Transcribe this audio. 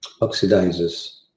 oxidizes